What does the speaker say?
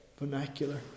vernacular